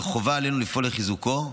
וחובה עלינו לפעול לחיזוקו.